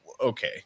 okay